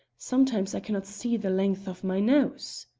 sometimes i cannot see the length of my nose.